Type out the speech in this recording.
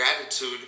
gratitude